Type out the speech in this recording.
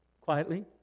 quietly